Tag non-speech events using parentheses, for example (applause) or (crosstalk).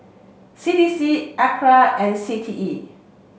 C D C (unintelligible) and C T E